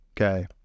okay